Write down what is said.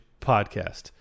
Podcast